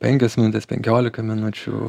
penkios minutės penkiolika minučių